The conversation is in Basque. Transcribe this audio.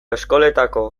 eskoletako